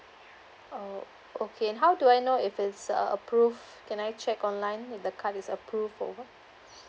oh okay how do I know if it's uh approved can I check online if the card is approved or not